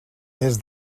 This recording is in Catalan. mes